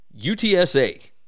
UTSA